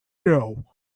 know